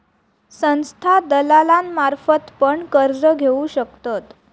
संस्था दलालांमार्फत पण कर्ज घेऊ शकतत